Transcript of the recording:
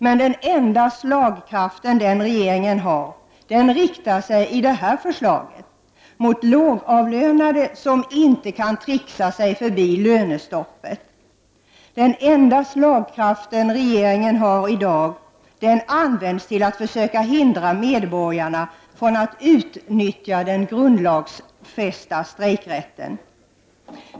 Men den enda slagkraft som den regeringen har riktar sig i det här förslaget mot lågavlönade som inte kan trixa sig förbi lönestoppet. Den enda slagkraft regeringen i dag har används till att försöka hindra medborgarna från att utnyttja den grundlagsfästa strejkrätten.